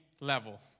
level